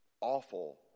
awful